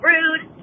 Rude